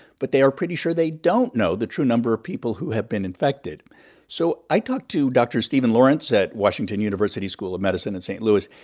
but they are pretty sure they don't know the true number of people who have been infected so i talked to dr. steven lawrence at washington university school of medicine in st. louis,